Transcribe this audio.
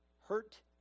hurt